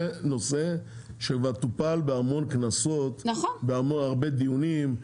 זה נושא שכבר טופל בהמון כנסות בהרבה דיונים,